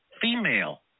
female